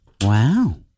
Wow